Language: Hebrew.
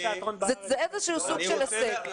זה איזה שהוא סוג של הישג,